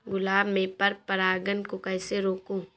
गुलाब में पर परागन को कैसे रोकुं?